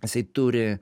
jisai turi